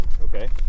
okay